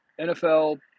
NFL